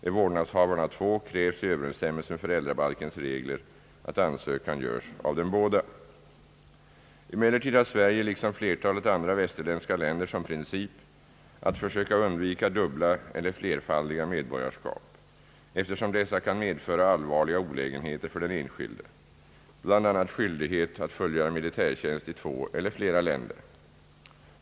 är vårdnadshavarna två, krävs i överensstämmelse med föräldrabalkens regler att ansökan görs av båda. Emellertid har Sverige liksom flertalet andra västerländska länder som princip att försöka undvika dubbla eller flerfaidiga medborgarskap, eftersom dessa kan medföra allvarliga olägenheter för den enskilde, bl.a. skyldighet att fullgöra militärtjänst i två eller flera länder.